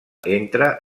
entra